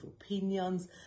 opinions